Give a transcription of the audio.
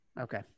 Okay